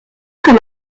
comme